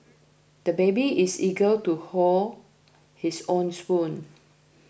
the baby is eager to hold his own spoon